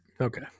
Okay